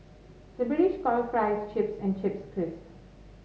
the British call fries chips and chips crisp